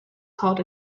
called